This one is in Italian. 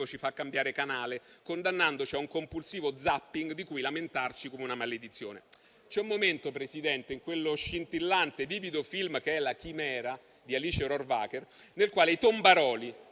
ci fa cambiare canale, condannandoci a un compulsivo *zapping* di cui lamentarci come una maledizione. C'è un momento, Presidente, in quello scintillante e vivido film che è «La chimera» di Alice Rohrwacher, nel quale i tombaroli,